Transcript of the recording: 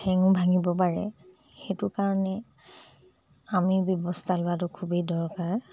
ঠেঙো ভাঙিব পাৰে সেইটো কাৰণে আমি ব্যৱস্থা লোৱাটো খুবেই দৰকাৰ